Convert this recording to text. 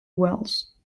wells